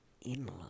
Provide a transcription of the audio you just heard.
inland